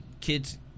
kids